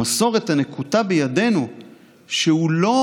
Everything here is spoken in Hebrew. המסורת הנקוטה בידינו שהוא לא